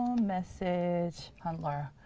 message handler.